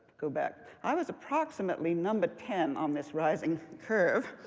go back. i was approximately number ten on this rising curve.